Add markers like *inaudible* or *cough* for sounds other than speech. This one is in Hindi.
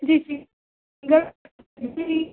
जी जी सिंगल *unintelligible*